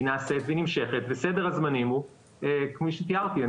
היא נעשית והיא נמשכת וסדר הזמנים הוא כפי שתיארתי.